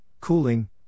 cooling